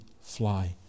fly